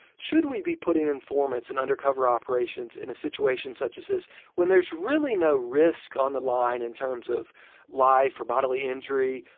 should we be putting informants and undercover operations in a situation such as this when there's really no risk on the line in terms of life or bodily injury?